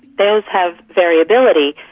those have variability,